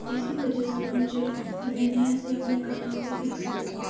इसी वजह से मुझे मैंने ऐसी अपनी कला को विकसित किया